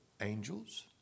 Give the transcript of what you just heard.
angels